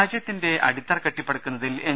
രാജ്യത്തിന്റെ അടിത്തറ കെട്ടിപ്പടുക്കുന്നതിൽ എൻ